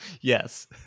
yes